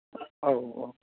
औ औ